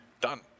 Done